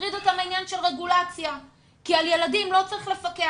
מטריד אותם העניין של רגולציה כי על ילדים לא צריך לפקח.